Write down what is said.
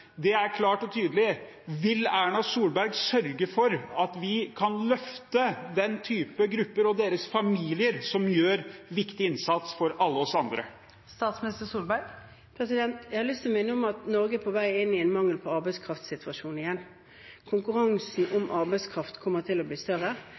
er klart og tydelig: Vil Erna Solberg sørge for at vi kan løfte denne typen grupper og deres familier, som gjør en viktig innsats for alle oss andre? Jeg har lyst til å minne om at Norge er på vei inn i en situasjon med mangel på arbeidskraft igjen. Konkurransen